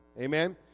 Amen